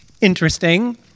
interesting